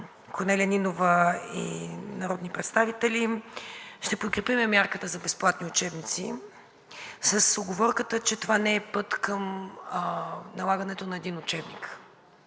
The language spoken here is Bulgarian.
Корнелия Нинова и група народни представители ще подкрепим мярката за безплатни учебници с уговорката, че това не е път към налагането на един учебник.